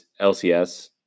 LCS